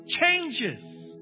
changes